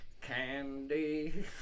candy